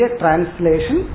translation